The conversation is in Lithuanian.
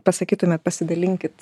pasakytumėt pasidalinkit